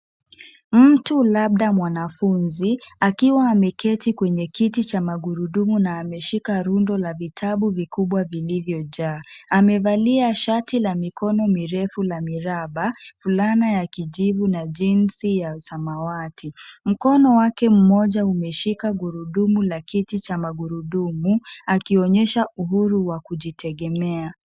Mtu labda mwanafunzi akiwa ameketi kwenye kiti cha magurudumu na ameshika rundo la vitabu vikubwa vilivyojaa. Amevalia shati la mikono mirefu la miraba, fulana ya kijivu na jinsi ya samawati. Mkono wake mmoja umeshika gurudumu la kiti cha magurudumu akionyesha uhuru wa kujitegemea.